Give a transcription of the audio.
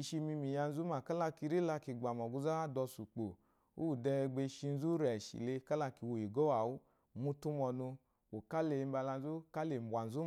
ishimi miga yi ma ada ole uwu adauso ukpo uwude be shizu reshile kala ki wo egbo yawu mutu la onu ukpo kala eyi mbalanzu.